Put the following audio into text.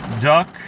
Duck